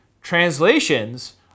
translations